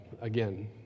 again